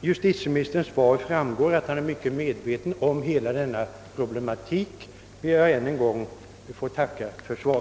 justitieministerns svar framgår att han är mycket väl medveten om hela denna problematik ber jag än en gång att få tacka för svaret.